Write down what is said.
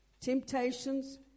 temptations